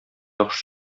яхшы